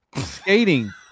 skating